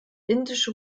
indische